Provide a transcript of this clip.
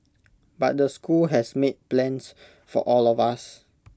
but the school has made plans for all of us